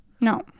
No